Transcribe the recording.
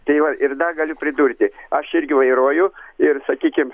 tai va ir dar galiu pridurti aš irgi vairuoju ir sakykim